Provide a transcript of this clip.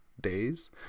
days